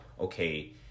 Okay